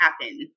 happen